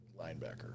linebacker